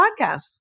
podcasts